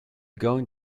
going